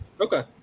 Okay